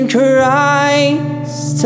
Christ